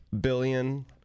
billion